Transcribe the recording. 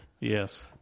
Yes